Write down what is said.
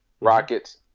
Rockets